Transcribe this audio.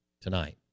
tonight